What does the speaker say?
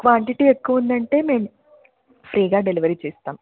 quantity ఎక్కువ ఉందంటే మేము ఫ్రీగా డెలివరీ చేస్తాము